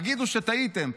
תגידו שטעיתם,